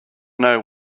know